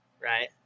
Right